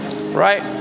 Right